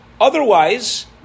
Otherwise